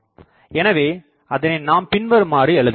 எனவே அதனை நாம் பின்வருமாறு எழுதலாம்